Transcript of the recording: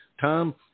Tom